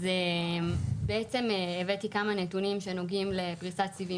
בעצם הבאתי כמה נתונים שנוגעים לפריסת סיבים